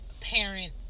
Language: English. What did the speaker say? parent